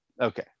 Okay